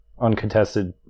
uncontested